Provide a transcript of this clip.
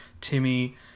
Timmy